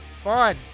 fun